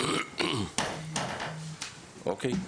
אוקיי.